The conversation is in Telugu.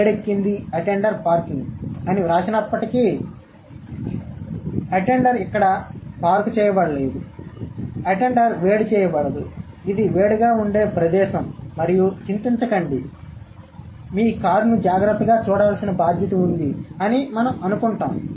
వేడెక్కింది అటెండర్ పార్కింగ్ అని వ్రాసినప్పటికీ అటెండర్ ఇక్కడ పార్క్ చేయబడలేదు అటెండర్ వేడి చేయబడదు ఇది వేడిగా ఉండే ప్రదేశం మరియు చింతించకండి మరియు మీ కారును జాగ్రత్తగా చూడాల్సిన బాధ్యత ఉంది అని మనం అనుకుంటాం